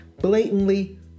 blatantly